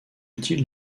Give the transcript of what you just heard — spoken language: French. utile